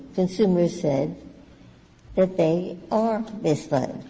consumers said that they are misled,